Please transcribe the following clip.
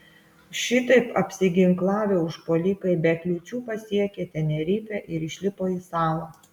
šitaip apsiginklavę užpuolikai be kliūčių pasiekė tenerifę ir išlipo į salą